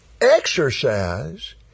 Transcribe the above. exercise